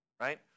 Right